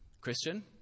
Christian